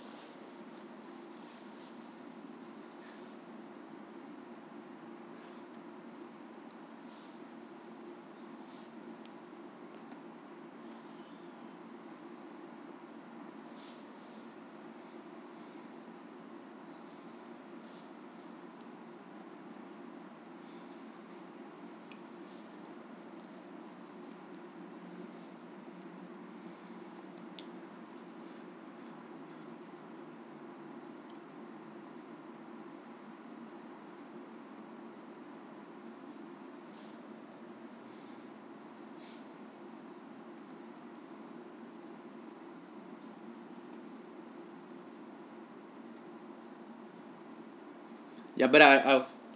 yup but then I I